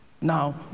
now